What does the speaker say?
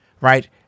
right